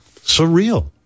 surreal